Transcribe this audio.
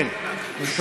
מאיר כהן,